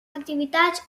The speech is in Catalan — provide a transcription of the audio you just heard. activitats